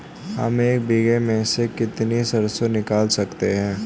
हम एक बीघे में से कितनी सरसों निकाल सकते हैं?